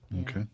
Okay